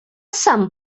sam